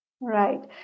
Right